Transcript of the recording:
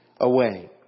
away